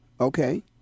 Okay